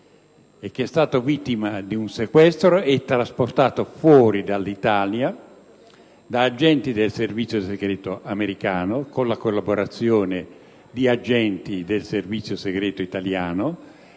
è stato vittima di un sequestro, che è stato trasportato fuori dall'Italia da agenti dei servizi segreti americani, con la collaborazione di agenti dei servizi segreti italiani,